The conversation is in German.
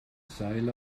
seil